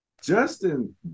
Justin